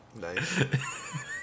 nice